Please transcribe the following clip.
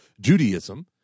Judaism